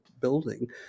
building